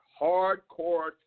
Hardcore